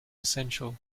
essential